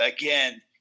Again